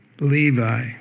Levi